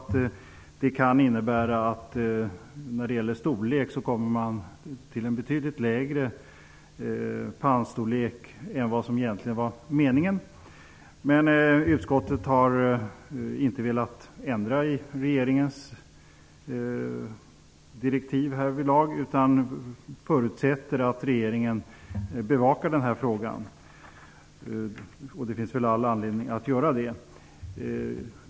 Det kan innebära att man kommer att ha betydligt mindre pannor än vad som egentligen var meningen. Utskottet har inte velat ändra i regeringens direktiv härvidlag utan förutsätter att regeringen bevakar den här frågan. Det finns all anledning att göra det.